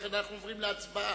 ולכן אנחנו עוברים להצבעה.